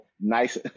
nice